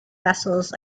vessels